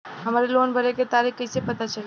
हमरे लोन भरे के तारीख कईसे पता चली?